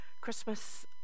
Christmas